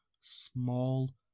small